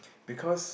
because